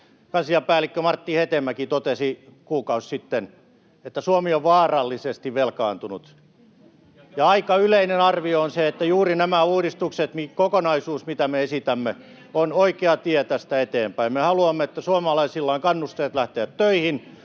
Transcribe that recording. kansliapäällikkö Martti Hetemäki totesi kuukausi sitten, että Suomi on vaarallisesti velkaantunut, ja aika yleinen arvio on se, että juuri nämä uudistukset, kokonaisuus, mitä me esitämme, ovat oikea tie tästä eteenpäin. Me haluamme, että suomalaisilla on kannusteet lähteä töihin,